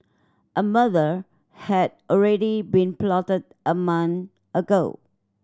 a murder had already been plotted a month ago